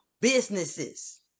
businesses